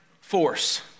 force